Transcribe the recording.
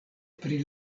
pri